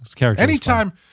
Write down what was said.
Anytime